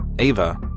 Ava